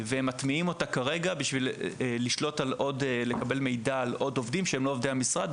הם מטמיעים אותה כרגע כדי לקבל מידע על עוד עובדים שהם לא עובדי המשרד,